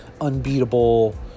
unbeatable